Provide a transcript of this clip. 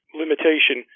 limitation